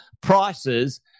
prices